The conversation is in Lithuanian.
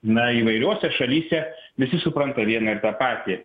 na įvairiose šalyse visi supranta vieną ir tą patį